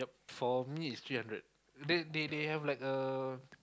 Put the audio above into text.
for me it's three hundred they they have like a